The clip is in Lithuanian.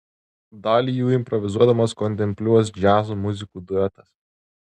dalį jų improvizuodamas kontempliuos džiazo muzikų duetas